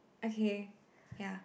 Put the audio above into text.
okay ya